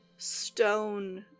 stone